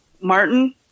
Martin